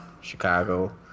Chicago